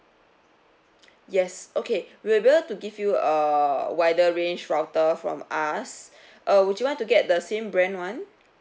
yes okay we're able to give you a wider range router from us uh would you want to get the same brand [one]